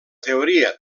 teoria